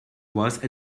once